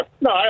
No